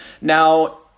now